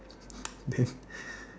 then